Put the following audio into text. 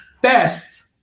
best